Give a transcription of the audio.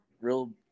Real